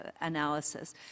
analysis